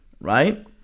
right